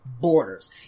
borders